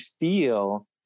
feel